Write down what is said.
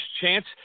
chance